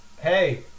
Hey